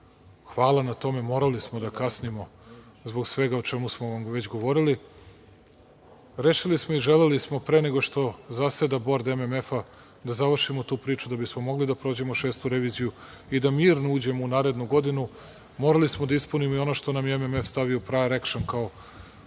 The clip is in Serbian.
hvala na tome, morali smo da kasnimo zbog svega o čemu smo vam već govorili. Rešili smo i želeli smo pre nego što zaseda Bord MMF-a da završimo tu priču da bismo mogli da prođemo šestu reviziju i da mirno uđemo u narednu godinu, morali smo da ispunimo i ono što nam je MMF stavio, kao pro-reaction, kao